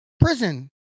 prison